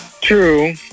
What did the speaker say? True